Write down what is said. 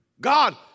God